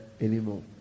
anymore